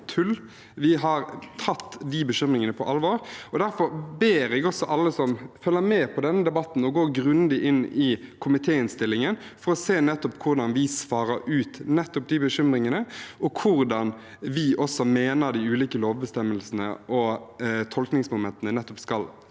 Vi har tatt de bekymringene på alvor. Derfor ber jeg også alle som følger med på denne debatten, om å gå grundig inn i komitéinnstillingen for å se hvordan vi svarer ut nettopp de bekymringene, og hvordan vi også mener de ulike lovbestemmelsene og vilkårene skal